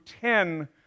ten